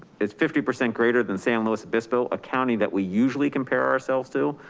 it's fifty percent greater than san luis obispo, a county that we usually compare ourselves to.